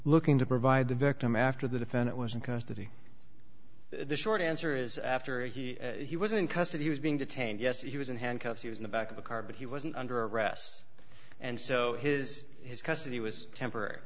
looking to provide the victim after the defendant was in custody the short answer is after he he was in custody he was being detained yes he was in handcuffs he was in the back of a car but he wasn't under arrest and so his his custody was temp